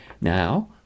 Now